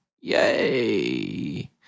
Yay